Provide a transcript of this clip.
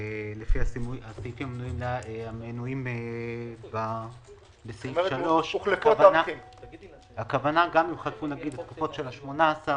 לפי הסעיפים המנויים בסעיף 3 - הכוונה גם אם חלפו התקופות של ה-18,